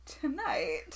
tonight